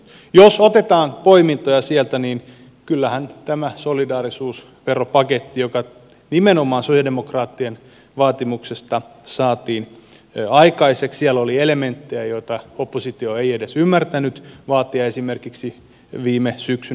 jos otetaan poimintoja sieltä niin kyllähän tässä solidaarisuusveropaketissa joka nimenomaan sosialidemokraattien vaatimuksesta saatiin aikaiseksi oli elementtejä joita oppositio ei edes ymmärtänyt vaatia esimerkiksi viime syksynä